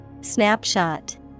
Snapshot